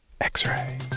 X-Ray